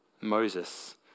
Moses